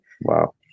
Wow